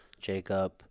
Jacob